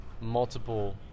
multiple